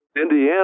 Indiana